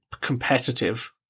competitive